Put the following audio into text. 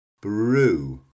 brew